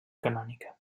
canònica